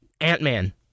ant-man